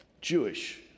Jewish